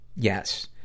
Yes